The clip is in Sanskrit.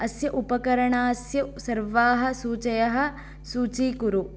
अस्य उपकरणस्य सर्वाः सूचयः सूचीकुरु